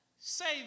save